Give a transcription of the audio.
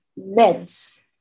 Meds